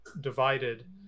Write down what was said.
divided